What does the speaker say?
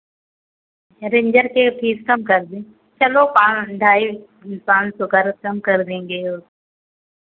ranger के fees कम कर दें चलो पाँच ढाई पाँच सौ कर कम कर देंगे और